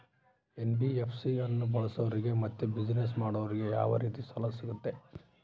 NBFC ಅನ್ನು ಬಳಸೋರಿಗೆ ಮತ್ತೆ ಬಿಸಿನೆಸ್ ಮಾಡೋರಿಗೆ ಯಾವ ರೇತಿ ಸಾಲ ಸಿಗುತ್ತೆ?